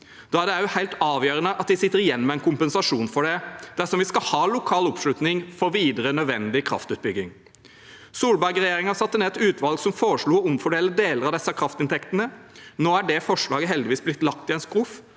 Da er det også helt avgjørende at de sitter igjen med en kompensasjon for det, dersom vi skal ha lokal oppslutning for videre nødvendig kraftutbygging. Solberg-regjeringen satte ned et utvalg som foreslo å omfordele deler av disse kraftinntektene. Nå er det forslaget heldigvis blitt lagt i en skuff,